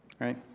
Right